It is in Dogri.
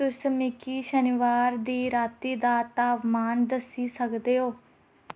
क्या तुस मिगी शनिबार दी राती दा तापमान दस्सी सकदे ओ